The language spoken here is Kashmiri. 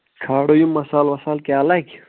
ژھانڈو یہِ مصالہٕ وصالہٕ کیٛاہ لَگہِ